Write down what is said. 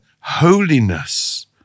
holiness